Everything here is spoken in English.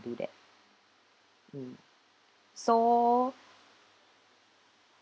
do that mm so